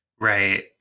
Right